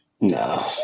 no